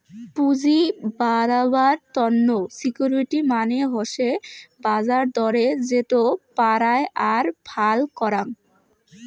পুঁজি বাড়াবার তন্ন সিকিউরিটি মানে হসে বাজার দরে যেটো পারায় আর ফাল করাং